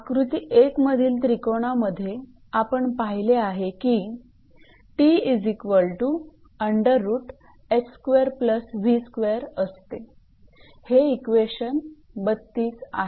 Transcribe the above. आकृती 1 मधील त्रिकोणामध्ये आपण पाहिले आहे की असते हे इक्वेशन 32 आहे